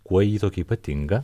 kuo ji tokia ypatinga